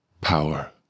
power